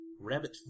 Rabbit